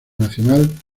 nacional